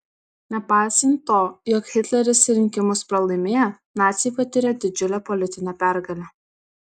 nepaisant to jog hitleris rinkimus pralaimėjo naciai patyrė didžiulę politinę pergalę